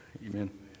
Amen